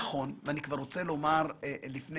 נכון, ואני רוצה לומר לפני